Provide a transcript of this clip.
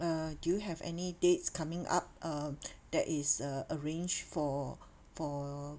uh do you have any dates coming up uh that is uh arranged for for